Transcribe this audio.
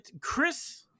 Chris